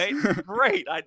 Great